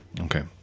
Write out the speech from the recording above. Okay